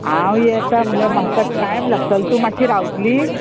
हांव येता म्हणल्यार म्हाका टायम लागतलो तूं मात्शी रावतली